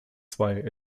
zwei